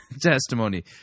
testimony